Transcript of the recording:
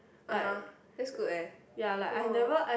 (uh huh) that's good eh !wow!